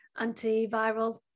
antiviral